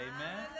Amen